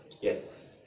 Yes